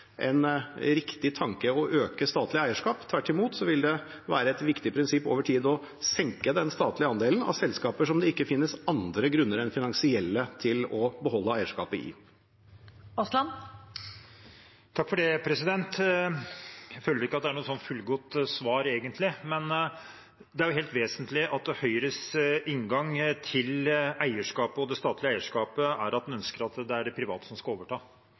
en riktig tanke å øke statlig eierskap. Tvert imot vil det være et viktig prinsipp over tid å senke den statlige andelen i selskaper der det ikke finnes andre grunner enn finansielle til å beholde eierskapet. Jeg føler vel egentlig ikke at det var et fullgodt svar. Det er jo helt vesentlig at Høyres inngang til eierskapet, og det statlige eierskapet, er at en ønsker at det private skal overta eierskapet. Det er for så vidt en grei nok begrunnelse, men det